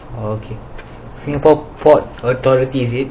okay singapore port authorities